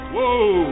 Whoa